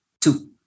two